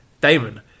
Damon